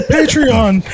Patreon